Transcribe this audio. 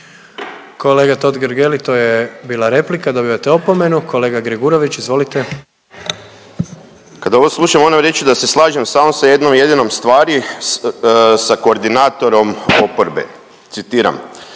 Kolega Totgergeli to je bila replika, dobivate opomenu. Kolega Gregurović, izvolite. **Gregurović, Zoran (HDZ)** Kad ovo slušam moram reći da se slažem samo sa jednom jedinom stvari, sa koordinatorom oporbe. Citiram: